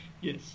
yes